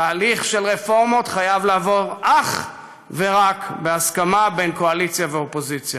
תהליך של רפורמות חייב לעבור אך ורק בהסכמה בין קואליציה לאופוזיציה.